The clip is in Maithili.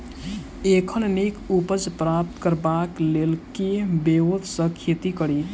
एखन नीक उपज प्राप्त करबाक लेल केँ ब्योंत सऽ खेती कड़ी?